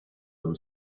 them